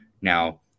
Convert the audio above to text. now